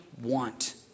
want